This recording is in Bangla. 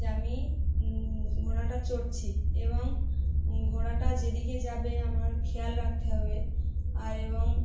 যে আমি ঘোড়াটা চড়ছি এবং ঘোড়াটা যেদিকে যাবে আমার খেয়াল রাখতে হবে আর এবং